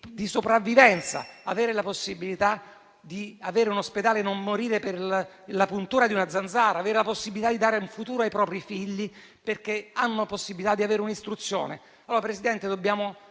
di sopravvivenza, di avere un ospedale e di non morire per la puntura di una zanzara; avere la possibilità di dare un futuro ai propri figli grazie alla possibilità di ricevere un'istruzione.